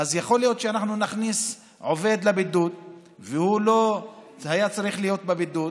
אז יכול להיות שנכניס עובד לבידוד והוא לא היה צריך להיות בבידוד,